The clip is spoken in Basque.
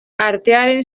artearen